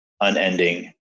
unending